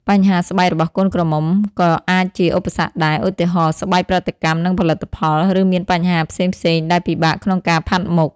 បញ្ហាស្បែករបស់កូនក្រមុំក៏អាចជាឧបសគ្គដែរ ឧទាហរណ៍ ស្បែកប្រតិកម្មនឹងផលិតផល ឬមានបញ្ហាផ្សេងៗដែលពិបាកក្នុងការផាត់មុខ។